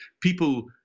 people